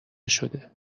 شده